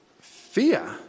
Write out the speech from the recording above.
fear